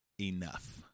enough